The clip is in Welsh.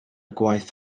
gwaith